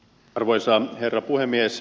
arvoisa herra puhemies